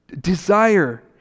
desire